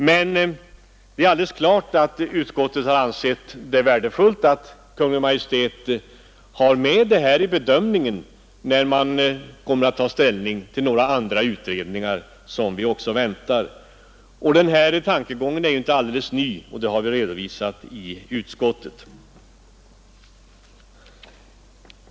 Men det är alldeles klart att utskottet har ansett det värdefullt att Kungl. Maj:t har med detta i bedömningen när man tar ställning till några andra utredningar som vi väntar. Den här tankegången är ju inte alldeles ny — det har vi redovisat i utskottet.